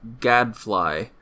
Gadfly